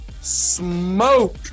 smoke